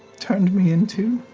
turned me into.